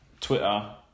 Twitter